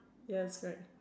ya that's right